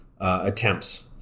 attempts